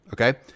okay